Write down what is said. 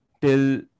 till